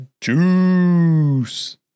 juice